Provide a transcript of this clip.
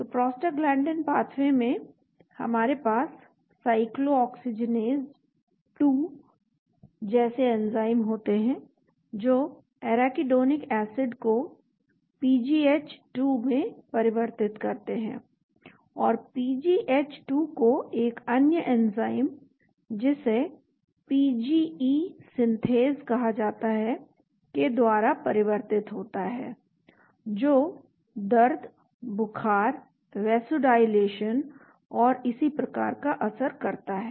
तो prostaglandin pathway में हमारे पास साइक्लोऑक्सीजिनेज 2 जैसे एंजाइम होते हैं जो एराकिडोनिक एसिड को पीजीएच 2 में परिवर्तित करते हैं और पीजीएच 2 को एक अन्य एंजाइम जिसे पीजीई सिंथेज कहा जाता है के द्वारा परिवर्तित होता है जो दर्द बुखार वैसोडाईलेशन और इसी प्रकार का असर करता है